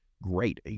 Great